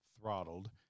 throttled